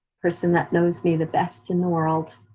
person that knows me the best in the world.